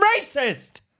racist